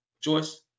Joyce